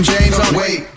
Wait